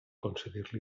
concedir